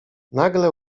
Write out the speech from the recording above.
nagle